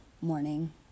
morning